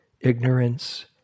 ignorance